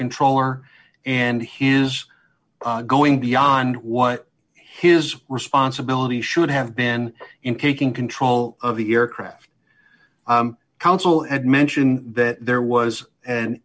controller and he is going beyond what his responsibility should have been in kicking control of the aircraft council and mentioned that there was an